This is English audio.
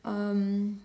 um